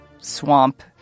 swamp